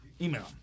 Email